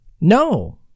No